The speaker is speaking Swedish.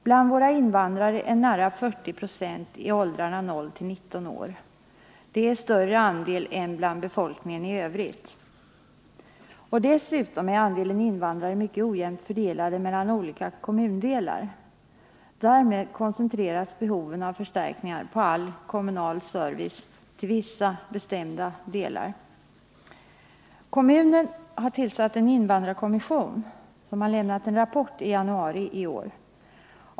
Bland våra invandrare är nära 40 96 i åldrarna 0-19 år. Det är en större andel än bland befolkningen i övrigt. Dessutom varierar andelen invandrare mycket mellan olika kommundelar. Därmed koncentreras behoven av förstärkningar på all kommunal service till vissa bestämda sådana delar. Kommunen har tillsatt en invandrarkommission, som lämnat en rapport i januariiår.